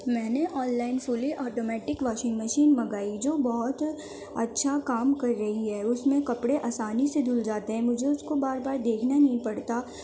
میں نے online fully automatic washing machine منگائی جو بہت اچھا کام کر رہی ہے اس میں کپڑے آسانی سے دھل جاتے ہیں مجھے اس کو بار بار دیکھنا نہیں پڑتا